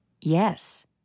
Yes